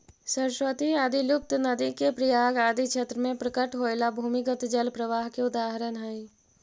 सरस्वती आदि लुप्त नदि के प्रयाग आदि क्षेत्र में प्रकट होएला भूमिगत जल प्रवाह के उदाहरण हई